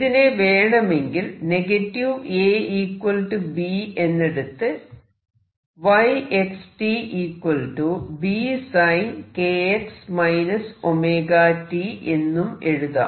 ഇതിനെ വേണെമെങ്കിൽ A B എന്നെടുത്ത് എന്നും എഴുതാം